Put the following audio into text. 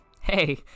Hey